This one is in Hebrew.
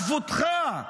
כבודך,